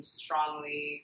strongly